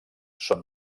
són